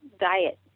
diet